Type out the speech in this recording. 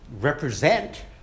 represent